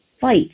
fight